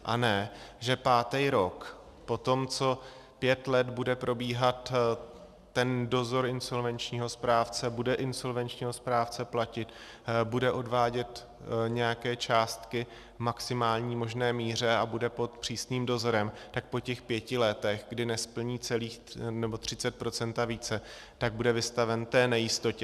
A ne že pátý rok potom, co pět let bude probíhat ten dozor insolvenčního správce, bude insolvenčního správce platit, bude odvádět nějaké částky v maximální možné míře a bude pod přísným dozorem, tak po těch pěti letech, kdy nesplní 30 % a více, tak bude vystaven té nejistotě.